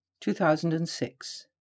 2006